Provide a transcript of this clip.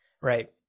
Right